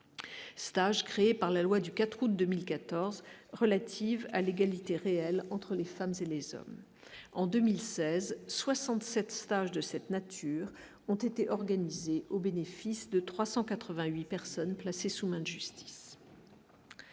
Stage créé par la loi du 4 août 2014 relative à l'égalité réelle entre les femmes et les hommes en 2016 67 stage de cette nature ont été organisées au bénéfice de 388 personnes placées sous main de justice.